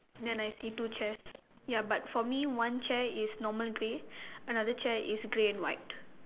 then I see two chairs ya but for me one chair is normal grey another chair is grey and white